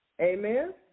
Amen